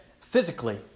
physically